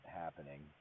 happening